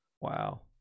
Wow